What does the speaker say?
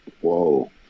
whoa